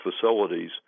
facilities